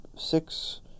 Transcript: Six